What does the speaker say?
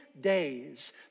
days